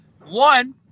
One